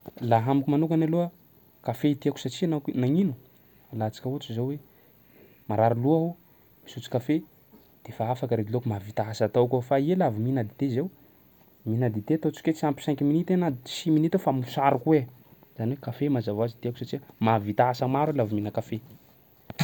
Laha amiko manokany aloha kafe tiako satsia nak- nagnino alantsika ohatry zao hoe marary loha aho misotro kafe de fa afaky arety lohako mahavita asa ataoko aho, fa iha laha vao mihina dite zao, mihina dite ataontsika hoe tsy ampy cinq minutes na six minutes fa mosary koa iha, zany hoe kafe mazava hoazy tiako satsia mahavita asa maro aho laha vao mihina kafe.